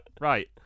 right